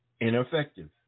ineffective